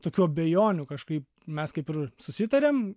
tokių abejonių kažkaip mes kaip ir susitarėm